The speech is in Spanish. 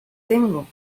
tengo